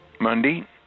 Monday